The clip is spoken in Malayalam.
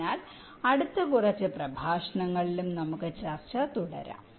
അതിനാൽ അടുത്ത കുറച്ച് പ്രഭാഷണങ്ങളിലും നമുക്ക് ചർച്ച തുടരാം